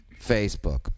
Facebook